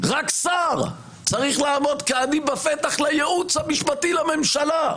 רק שר צריך לעמוד כעני בפתח לייעוץ המשפטי לממשלה.